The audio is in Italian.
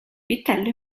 vitello